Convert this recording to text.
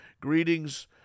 Greetings